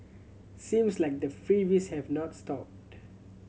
seems like the freebies have not stopped